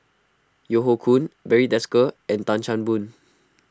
Yeo Hoe Koon Barry Desker and Tan Chan Boon